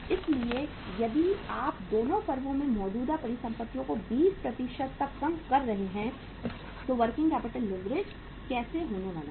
इसलिए यदि आप दोनों फर्मों में मौजूदा परिसंपत्तियों को 20 तक कम कर रहे हैं तो वर्किंग कैपिटल लीवरेज कैसे होने वाला है